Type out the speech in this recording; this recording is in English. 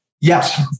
Yes